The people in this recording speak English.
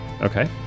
okay